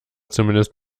zumindest